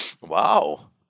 wow